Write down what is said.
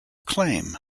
claim